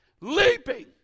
leaping